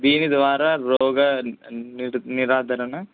దీని ద్వారా రోగ ని నిర్ధారణ